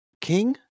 King